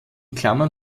klammern